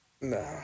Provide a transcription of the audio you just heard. No